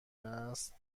است